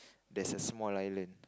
there's a small island